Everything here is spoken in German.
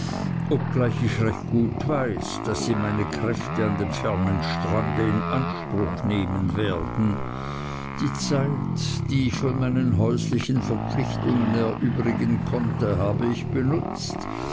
obgleich ich recht gut weiß daß sie meine kräfte an dem fernen strande in anspruch nehmen werden die zeit die ich von meinen häuslichen verpflichtungen erübrigen konnte habe ich benützt